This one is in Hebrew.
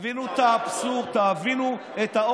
תבינו את האבסורד.